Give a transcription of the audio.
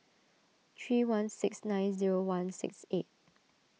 three one six nine zero one six eight